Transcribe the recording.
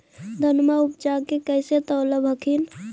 धनमा उपजाके कैसे तौलब हखिन?